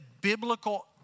biblical